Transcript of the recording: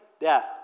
death